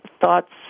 Thoughts